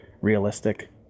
realistic